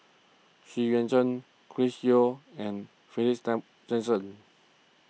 Xu Yuan Zhen Chris Yeo and Jackson